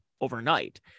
overnight